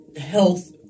health